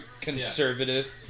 conservative